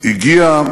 הגיעו